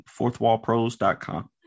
fourthwallpros.com